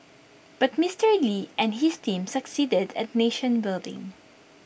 but Mister lee and his team succeeded at nation building